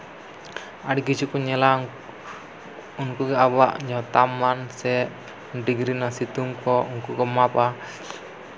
ᱟᱹᱰᱤ ᱠᱤᱪᱷᱩ ᱠᱚ ᱧᱮᱞᱟ ᱩᱱᱠᱩ ᱜᱮ ᱟᱵᱚᱣᱟᱜ ᱛᱟᱯᱛᱢᱟᱱ ᱥᱮ ᱰᱤᱜᱽᱨᱤ ᱨᱮᱱᱟᱜ ᱥᱤᱛᱩᱝ ᱠᱚ ᱩᱱᱠᱩ ᱠᱚ ᱢᱟᱯᱼᱟ